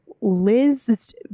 liz